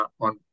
on